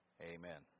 Amen